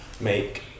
make